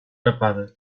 tapada